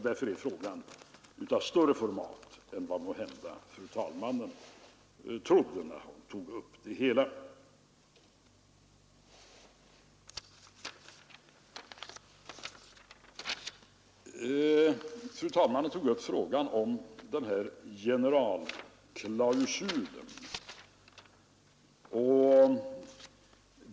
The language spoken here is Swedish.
Därför är frågan av större format än vad fru talmannen måhända trodde när hon tog upp den. Fru talmannen tog också upp frågan om generalklausulen.